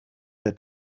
der